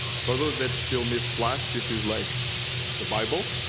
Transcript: for those that still miss flash this is like the bible